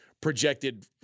projected